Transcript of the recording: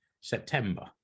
September